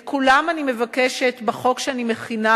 את כולם אני מבקשת להסדיר בחוק שאני מכינה,